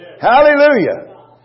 Hallelujah